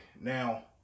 now